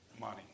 money